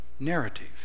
Narrative